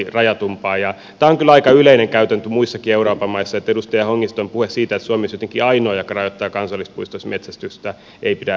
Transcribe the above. tämä on kyllä aika yleinen käytäntö muissakin euroopan maissa niin että edustaja hongiston puhe siitä että suomi olisi jotenkin ainoa joka rajoittaa kansallispuistoissa metsästystä ei pidä paikkaansa